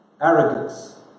arrogance